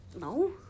No